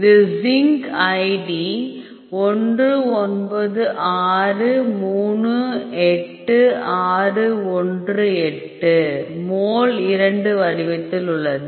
இது zinc id 19638618 mole 2 வடிவத்தில் உள்ளது